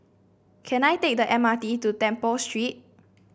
can I take the M R T to Temple Street